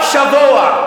רק שבוע,